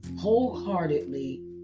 wholeheartedly